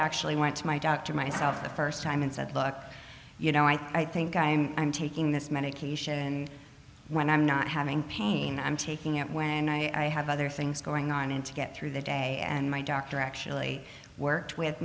actually went to my doctor myself the first time and said look you know i think i'm i'm taking this medication when i'm not having pain i'm taking it when i have other things going on and to get through the day and my doctor actually worked with